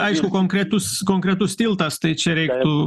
aišku konkretus konkretus tiltas tai čia reiktų